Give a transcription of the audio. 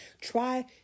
try